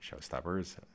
showstoppers